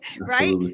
Right